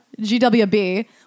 GWB